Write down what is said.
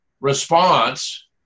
response